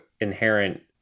inherent